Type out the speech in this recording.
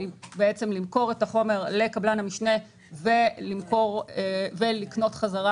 ולמכור את החומר לקבלן המשנה ולקנות חזרה